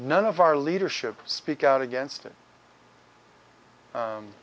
none of our leadership speak out against it